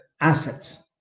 assets